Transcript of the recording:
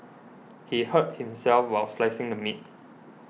he hurt himself while slicing the meat